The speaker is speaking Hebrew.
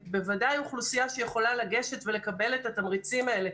וזו בוודאי אוכלוסייה שיכולה לגשת ולקבל את התמריצים האלה,